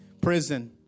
prison